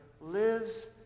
lives